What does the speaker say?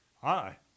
Hi